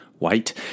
White